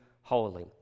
holy